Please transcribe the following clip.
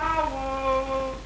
oh